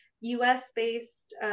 US-based